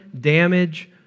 damage